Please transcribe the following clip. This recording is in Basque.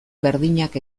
berdinak